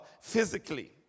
physically